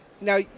Now